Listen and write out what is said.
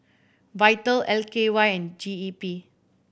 Vital L K Y and G E P